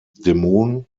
dämon